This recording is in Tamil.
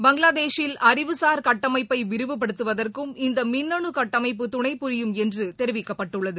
பங்களாதேஷில் அறிவுசார் கட்டமைப்பை விரிவுப்படுத்துவதற்கும் இந்த மின்னணு கட்டமைப்பு துணைபுரியும் என்று தெரிவிக்கப்பட்டுள்ளது